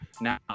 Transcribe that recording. now